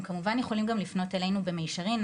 הם כמובן יכולים גם לפנות אלינו במישרין,